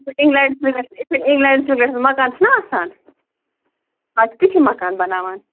یِتھٕ پٲٹھۍ اِنگلیٚنٛڈس مَنٛز یِتھٕ پٲٹھۍ اِنگلیٚنٛڈس مَنٛز مکان چھِنا آسان اَز چھِ تِتھی مَکان بَناوان